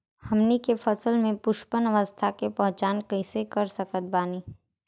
हमनी के फसल में पुष्पन अवस्था के पहचान कइसे कर सकत बानी?